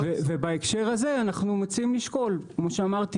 ובהקשר הזה אנחנו מציעים לשקול כמו שאמרתי